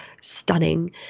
stunning